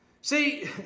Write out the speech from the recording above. See